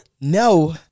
no